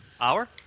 Hour